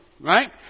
Right